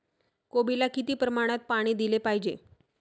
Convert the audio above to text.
कोबीला किती प्रमाणात पाणी दिले पाहिजे?